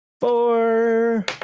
four